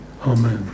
Amen